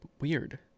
weird